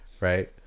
right